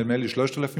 נדמה לי 3,000 שקל,